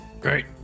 Great